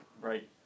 right